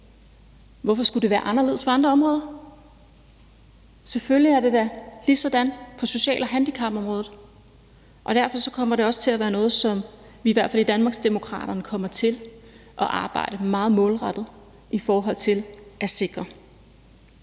Hvorfor skulle det være anderledes på andre områder? Selvfølgelig er det da ligesådan på social- og handicapområdet, og derfor er det også noget, som vi i hvert fald i Danmarksdemokraterne kommer til at arbejde meget målrettet i forhold til at sikre.